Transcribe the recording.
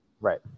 Right